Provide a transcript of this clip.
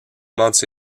months